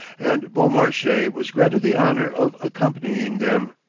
and beaumarchais was granted the honor of accompanying them.